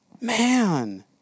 man